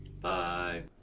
bye